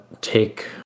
take